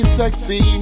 sexy